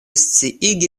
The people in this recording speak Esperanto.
sciigi